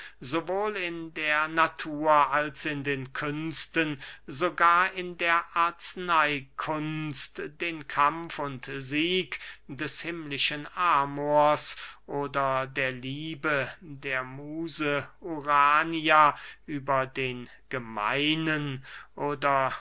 sowohl in der natur als in den künsten sogar in der arzneykunst den kampf und sieg des himmlischen amors oder der liebe der muse urania über den gemeinen oder